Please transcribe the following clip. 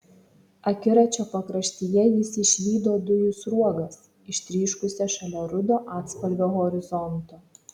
akiračio pakraštyje jis išvydo dujų sruogas ištryškusias šalia rudo atspalvio horizonto